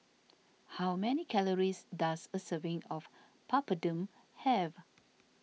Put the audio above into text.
how many calories does a serving of Papadum have